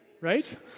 Right